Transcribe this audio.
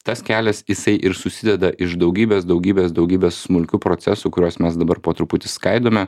tas kelias jisai ir susideda iš daugybės daugybės daugybės smulkių procesų kuriuos mes dabar po truputį skaidome